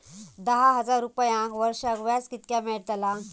दहा हजार रुपयांक वर्षाक व्याज कितक्या मेलताला?